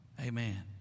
Amen